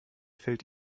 fällt